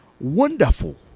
Wonderful